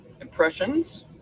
impressions